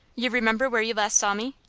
you remember where you last saw me?